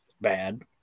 Bad